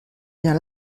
bien